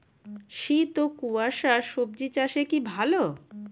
শীত ও কুয়াশা স্বজি চাষে কি ভালো?